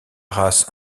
race